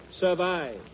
survive